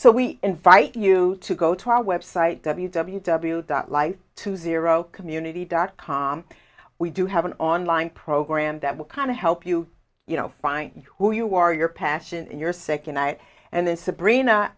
so we invite you to go to our website w w w dot life to zero community dot com we do have an online program that will kind of help you you know find who you are your passion in your second eye and then sabrina